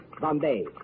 bombay